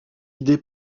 idée